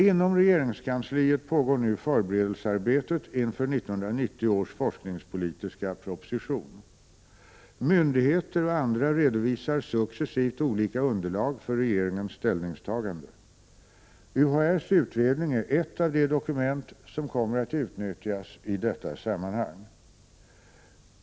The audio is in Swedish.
Inom regeringskansliet pågår nu förberedelsearbetet inför 1990 års forskningspolitiska proposition. Myndigheter och andra redovisar successivt olika underlag för regeringens ställningstagande. UHÄ:s utredning är ett av de dokument som kommer att utnyttjas i detta sammanhang.